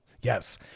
Yes